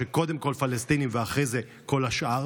שקודם כול פלסטינים ואחרי זה כל השאר,